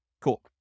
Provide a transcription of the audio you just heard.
Cool